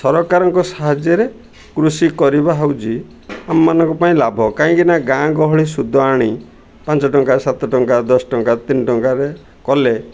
ସରକାରଙ୍କ ସାହାଯ୍ୟରେ କୃଷି କରିବା ହେଉଛି ଆମମାନଙ୍କ ପାଇଁ ଲାଭ କାହିଁକି ନା ଗାଁ ଗହଳି ଶୁଦ୍ଧ ଆଣି ପାଞ୍ଚ ଟଙ୍କା ସାତ ଟଙ୍କା ଦଶ ଟଙ୍କା ତିନି ଟଙ୍କାରେ କଲେ